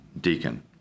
Deacon